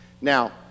now